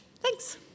Thanks